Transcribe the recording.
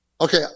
Okay